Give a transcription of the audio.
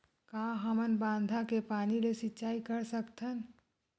का हमन बांधा के पानी ले सिंचाई कर सकथन?